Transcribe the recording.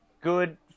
good